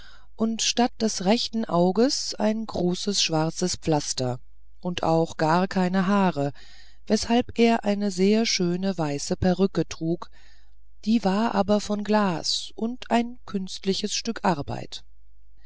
gesicht statt des rechten auges ein großes schwarzes pflaster und auch gar keine haare weshalb er eine sehr schöne weiße perücke trug die war aber von glas und ein künstliches stück arbeit